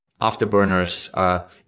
Afterburners